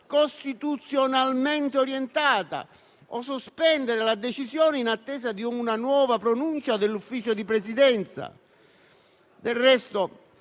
costituzionalmente orientata o sospendere la decisione in attesa di una nuova pronuncia dell'Ufficio di Presidenza. Del resto,